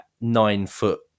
nine-foot